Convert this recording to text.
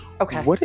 Okay